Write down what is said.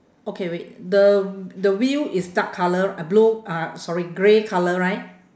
okay wait the the wheel is dark colour uh blue uh sorry grey colour right